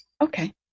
Okay